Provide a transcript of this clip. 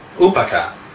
Upaka